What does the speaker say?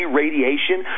radiation